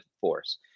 force